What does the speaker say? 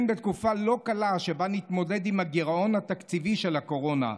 שבה נתמודד עם הגירעון התקציבי של הקורונה,